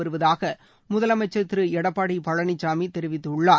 வருவதாக முதலமைச்சர் திரு எடப்பாடி பழனிசாமி தெரிவித்துள்ளார்